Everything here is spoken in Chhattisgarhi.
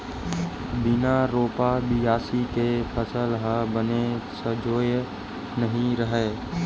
बिन रोपा, बियासी के फसल ह बने सजोवय नइ रहय